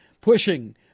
pushing